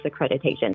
accreditation